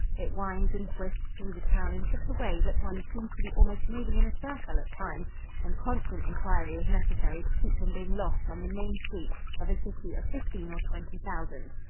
it winds and twists through the town in such a way that one seems to be almost moving in a circle at times and constant inquiry is necessary to keep from being lost on the main street of a city of fifteen or twenty thousand.